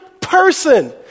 person